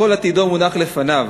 שכל עתידו מונח לפניו,